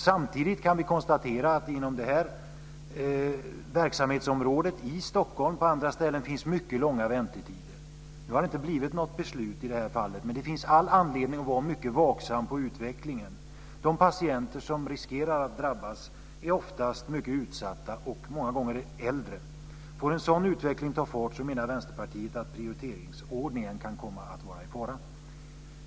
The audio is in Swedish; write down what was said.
Samtidigt kan vi konstatera att det inom det här verksamhetsområdet i Stockholm på andra ställen finns mycket långa väntetider. Nu har det inte blivit något beslut i det här fallet, men det finns all anledning att vara mycket vaksam på utvecklingen. De patienter som riskerar att drabbas är oftast mycket utsatta och många gånger äldre. Om en sådan utveckling får ta fart menar Vänsterpartiet att prioriteringsordningen kan komma att vara i fara.